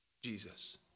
Jesus